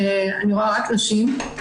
אני רואה רק נשים.